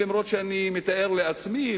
אף-על-פי שאני מתאר לעצמי,